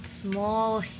small